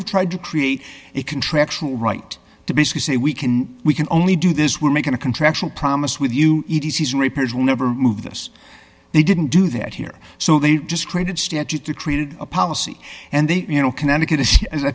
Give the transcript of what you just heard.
have tried to create a contractual right to basically say we can we can only do this we're making a contractual promise with you it is repairs will never move us they didn't do that here so they just created statute to created a policy and they you know connecticut as i